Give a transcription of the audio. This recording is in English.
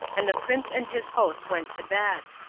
and the prince and his host went to bed.